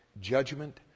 judgment